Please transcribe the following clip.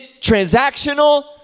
transactional